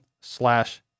slash